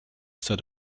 said